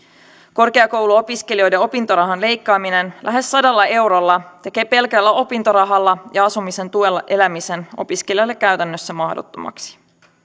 korkeakouluopiskelijoiden opintorahan leikkaaminen lähes sadalla eurolla tekee pelkällä opintorahalla ja asumisen tuella elämisen opiskelijalle käytännössä mahdottomaksi